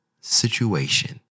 situation